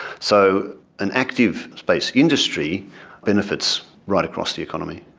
so an active space industry benefits right across the economy.